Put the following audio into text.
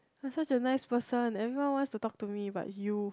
I am such a nice person everyone wants to talk to me but you